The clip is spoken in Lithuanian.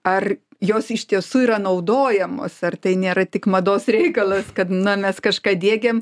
ar jos iš tiesų yra naudojamos ar tai nėra tik mados reikalas kad na mes kažką diegiam